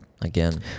Again